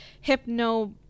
hypno